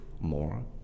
more